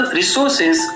resources